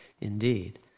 indeed